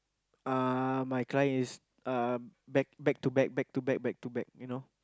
uh my client is uh back back to back back to back back to back you know